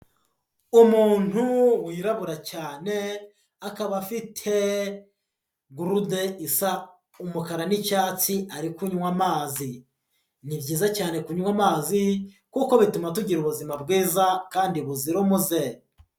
Umuntu wirabura cyane, akaba afite gurude isa umukara n'icyatsi, ari kunywa amazi. Ni byiza cyane kunywa amazi, kuko bituma tugira ubuzima bwiza kandi buzira umuze.